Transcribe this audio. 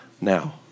now